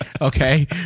okay